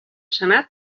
senat